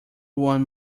one